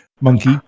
monkey